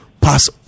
pass